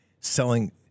selling